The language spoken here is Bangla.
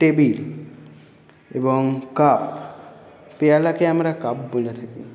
টেবিল এবং কাপ পেয়ালাকে আমরা কাপ বলে থাকি